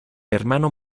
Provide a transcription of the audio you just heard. hermano